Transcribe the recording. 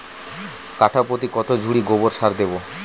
কাঠাপ্রতি কত ঝুড়ি গোবর সার দেবো?